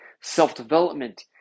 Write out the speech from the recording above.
self-development